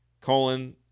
colon